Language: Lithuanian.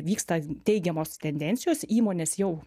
vyksta teigiamos tendencijos įmonės jau